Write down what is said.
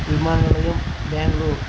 விமான நிலையம் பேங்களூர்